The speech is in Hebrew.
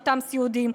לאותם סיעודיים,